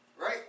Right